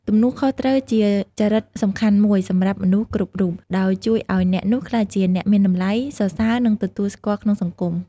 ទំនួលខុសត្រូវជាចរិតសំខាន់មួយសម្រាប់មនុស្សគ្រប់រូប ដោយជួយឲ្យអ្នកនោះក្លាយជាអ្នកមានតម្លៃ សរសើរ និងទទួលស្គាល់ក្នុងសង្គម។